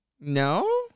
No